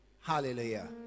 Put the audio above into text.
Hallelujah